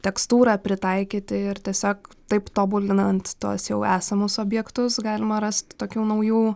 tekstūrą pritaikyti ir tiesiog taip tobulinant tuos jau esamus objektus galima rast tokių naujų